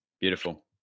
beautiful